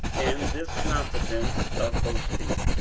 in this confidence of boasting.